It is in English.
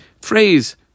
phrase